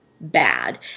bad